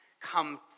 come